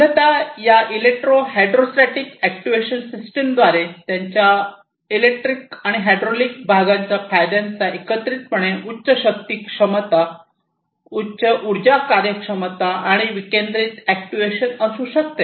मूलत या electro hydrostatic actuation सिस्टमद्वारे त्यांच्या इलेक्ट्रिक आणि हायड्रॉलिक भागांच्या फायद्यांचा एकत्रितपणे उच्च शक्ती क्षमता उच्च ऊर्जा कार्यक्षमता आणि विकेंद्रित अॅक्ट्यूएशन असू शकते